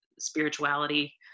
spirituality